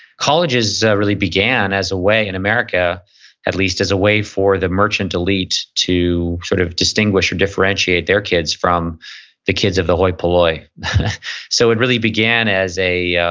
colleges really began as a way in america at least, as a way for the merchant elite to sort of distinguish or differentiate their kids from the kids of the hoi polloi so, it really began as a,